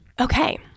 Okay